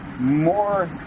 More